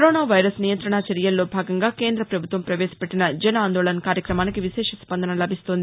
corona virus నియంత్రణ చర్యల్లో భాగంగా కేంద్రపభుత్వం ప్రవేశపెట్టిన జన్ ఆందోళన్ కార్యక్రమానికి విశేష స్పందన లభిస్తోంది